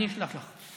אני אשלח לך.